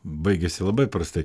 baigėsi labai prastai